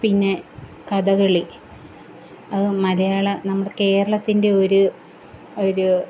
പിന്നെ കഥകളി അത് മലയാള നമ്മുടെ കേരളത്തിന്റെ ഒരു ഒരു